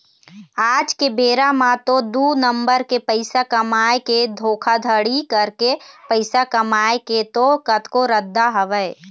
आज के बेरा म तो दू नंबर के पइसा कमाए के धोखाघड़ी करके पइसा कमाए के तो कतको रद्दा हवय